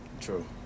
True